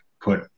put